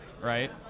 right